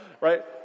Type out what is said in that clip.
Right